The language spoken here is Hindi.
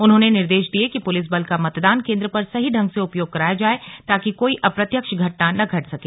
उन्होंने निर्देश दिये कि पुलिस बल का मतदान केन्द्र पर सही ढंग से उपयोग कराया जाए ताकि कोई अप्रत्यक्ष घटना न घट सके